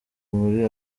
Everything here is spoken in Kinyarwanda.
muri